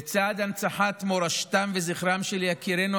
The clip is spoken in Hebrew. לצד הנצחת מורשתם וזכרם של יקירינו,